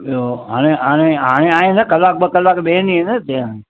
इहो हाणे हाणे हाणे आहीं न कलाकु ॿ कलाकु वेहंदीअ न हिते हाणे